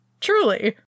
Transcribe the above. Truly